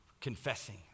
confessing